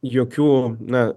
jokių na